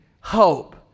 hope